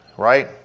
Right